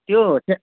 त्यो